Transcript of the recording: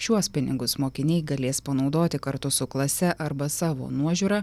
šiuos pinigus mokiniai galės panaudoti kartu su klase arba savo nuožiūra